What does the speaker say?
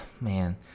Man